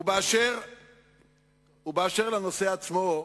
ואשר לנושא עצמו,